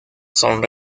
son